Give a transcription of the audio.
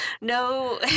no